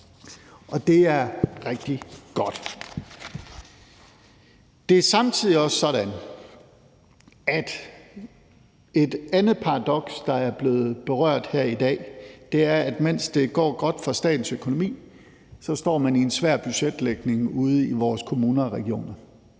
og det er rigtig godt. Det er samtidig også sådan, at et andet paradoks, der er blevet berørt her i dag, er, at mens det går godt for statens økonomi, så står man med en svær budgetlægning ude i vores kommuner og regioner.